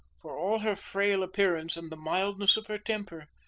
for all her frail appearance and the mildness of her temper,